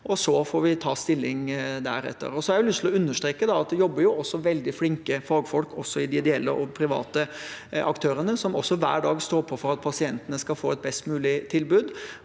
så får vi ta stilling til det deretter. Jeg har lyst til å understreke at det også jobber veldig flinke fagfolk hos de ideelle og private aktørene, som hver dag står på for at pasientene skal få et best mulig tilbud.